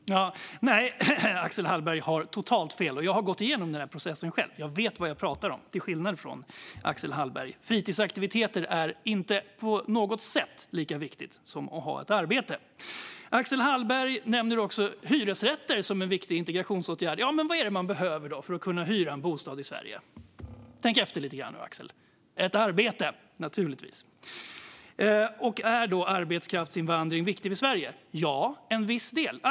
Fru talman! Axel Hallberg har totalt fel. Jag har gått igenom den processen själv och vet vad jag pratar om, till skillnad från Axel Hallberg. Fritidsaktiviteter är inte på något sätt lika viktigt som att ha ett arbete. Axel Hallberg nämner också hyresrätter som en viktig integrationsåtgärd. Men vad är det man behöver för att kunna hyra en bostad i Sverige? Tänk efter lite grann, Axel. Jo, man behöver ett arbete. Är då arbetskraftsinvandring viktig för Sverige? Ja, en viss del är det.